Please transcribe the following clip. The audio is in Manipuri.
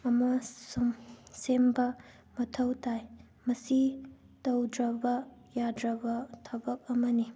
ꯑꯃ ꯁꯨꯝ ꯁꯦꯝꯕ ꯃꯊꯧ ꯇꯥꯏ ꯃꯁꯤ ꯇꯧꯗ꯭ꯔꯕ ꯌꯥꯗ꯭ꯔꯕ ꯊꯕꯛ ꯑꯃꯅꯤ